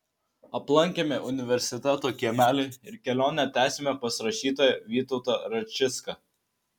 aplankėme universiteto kiemelį ir kelionę tęsėme pas rašytoją vytautą račicką